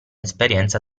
esperienza